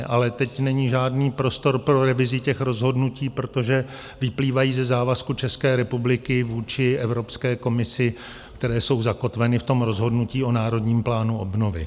Ale teď není žádný prostor pro revizi těch rozhodnutí, protože vyplývají ze závazků České republiky vůči Evropské komisi, které jsou zakotveny v rozhodnutí o Národním plánu obnovy.